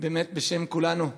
באמת, בשם כולנו,